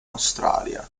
australia